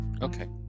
Okay